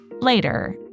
Later